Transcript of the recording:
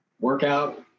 Workout